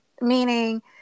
meaning